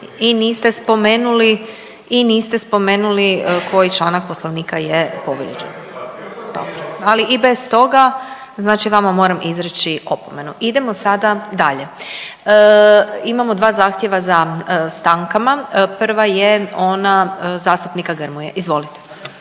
i niste spomenuli koji članak Poslovnika je povrijeđen. …/Upadica se ne razumije./… Dobro, ali i bez toga znači vama moram izreći opomenu. Idemo sada dalje. Imamo dva zahtjeva za stankama. Prva je ona zastupnika Grmoje. Izvolite.